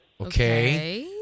Okay